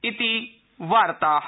इति वार्ता